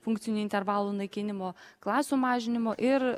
funkcinių intervalų naikinimo klasių mažinimo ir